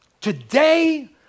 today